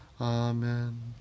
Amen